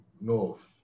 north